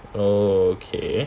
oh okay